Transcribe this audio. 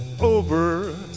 over